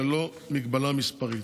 ללא מגבלה מספרית.